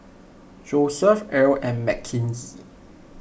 Joeseph Earl and Mckenzie